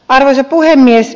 arvoisa puhemies